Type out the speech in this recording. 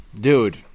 dude